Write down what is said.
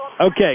Okay